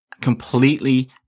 completely